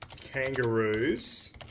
Kangaroos